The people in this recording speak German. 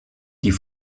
die